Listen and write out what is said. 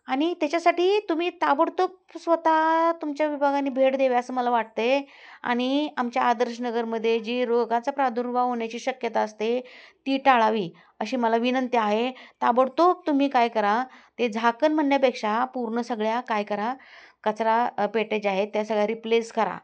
आणि त्याच्यासाठी तुम्ही ताबडतोब स्वत तुमच्या विभागानी भेट द्यावी असं मला वाटतं आहे आणि आमच्या आदर्श नगरमध्ये जी रोगाचा प्रादुर्भाव होण्याची शक्यता असते ती टाळावी अशी मला विनंती आहे ताबडतोब तुम्ही काय करा ते झाकण म्हणण्यापेक्षा पूर्ण सगळ्या काय करा कचरा पेट्या ज्या आहेत त्या सगळ्या रिप्लेस करा